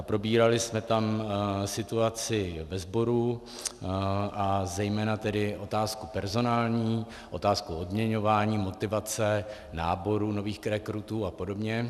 Probírali jsme tam situaci ve sboru a zejména otázku personální, otázku odměňování, motivace, náborů nových rekrutů a podobně.